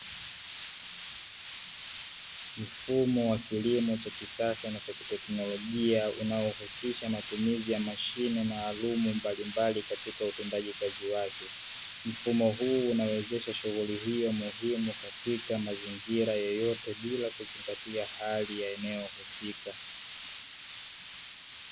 Mfumo wa kilimo cha kisasa na cha kitekinolojia unaohusisha matumizi ya mashine maalumu mbalimbali katika utendaji kazi wake. Mfumo huu unawezesha shughuli hiyo muhimu katika mazingira yeyote bila kuzingatia hali eneo husika.